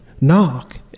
Knock